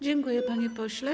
Dziękuję, panie pośle.